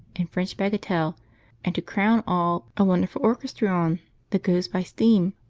and french bagatelle and, to crown all, a wonderful orchestrion that goes by steam.